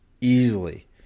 easily